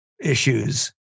issues